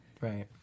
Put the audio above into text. right